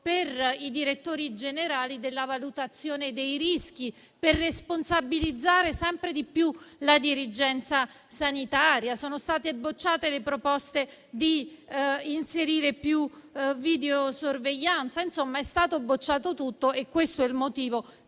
per i direttori generali della valutazione dei rischi, per responsabilizzare sempre di più la dirigenza sanitaria; sono state bocciate le proposte di inserire più videosorveglianza. Insomma, è stato bocciato tutto e questo è il motivo